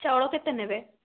ଚାଉଳ କେତେ ନେବେ